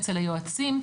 אצל היועצים,